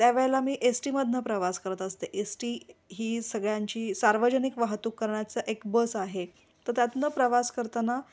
त्यावेळेला मी एस टीमधून प्रवास करत असते एस टी ही सगळ्यांची सार्वजनिक वाहतूक करण्याचा एक बस आहे तर त्यातून प्रवास करताना